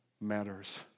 matters